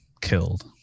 killed